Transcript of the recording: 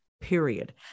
period